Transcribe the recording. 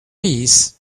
peace